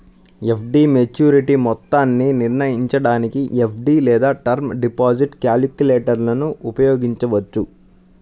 FD maturity మొత్తాన్ని నిర్ణయించడానికి FD లేదా టర్మ్ డిపాజిట్ క్యాలిక్యులేటర్ను ఉపయోగించవచ్చు